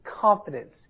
confidence